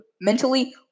mentally